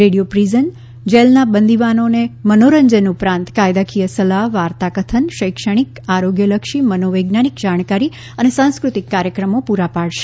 radio prison જેલના બંદીવાનોને મનોરંજન ઉપરંત કાયદાકીય સલાહ વાર્તા કથન શૈક્ષણિક આરોગ્યલક્ષી મનોવૈજ્ઞાનિક જાણકારી અને સાંસ્કૃતિક કાર્યક્રમો પૂરા પાડશે